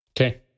Okay